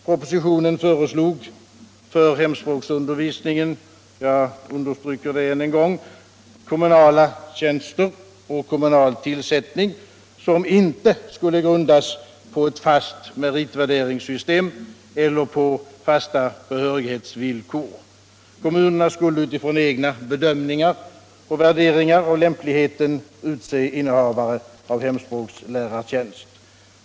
Propositionen föreslog för hemspråksundervisningen — jag understryker det än en gång - kommunala tjänster och kommunal tillsättning, som inte skulle grundas på ett fast meritvärderingssystem eller på fasta behörighetsvillkor. Kommunerna skulle utifrån egna bedömningar och värderingar av lämpligheten hos lärarna utse innehavare av hemspråkslärartjänst.